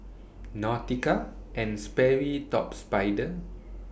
Nautica and Sperry Top Spider